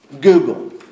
Google